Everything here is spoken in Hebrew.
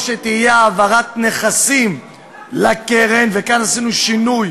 צטט אותי: אני אקבל אותו באריאל ואני אחבק אותו באריאל,